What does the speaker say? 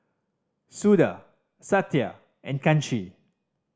Suda Satya and Kanshi